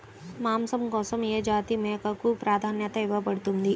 మాంసం కోసం ఏ జాతి మేకకు ప్రాధాన్యత ఇవ్వబడుతుంది?